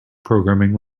programming